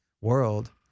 world